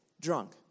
drunk